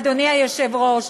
אדוני היושב-ראש,